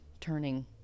turning